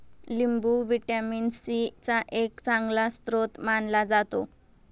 लिंबू vitamin C चा एक चांगला स्रोत मानला जातो